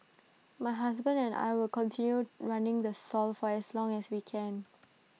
my husband and I will continue running the soft for as long as we can